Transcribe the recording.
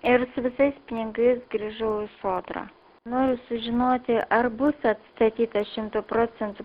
ir su visais pinigais grįžau į sodrą noriu sužinoti ar bus atstatyta šimtu procentų